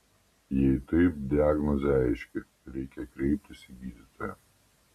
jei taip diagnozė aiški reikia kreiptis į gydytoją